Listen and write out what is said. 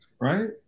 right